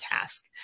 task